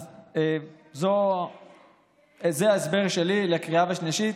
אז זה ההסבר שלי לקריאה שנייה ושלישית.